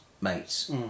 mates